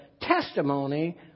testimony